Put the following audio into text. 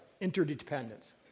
Interdependence